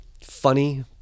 funny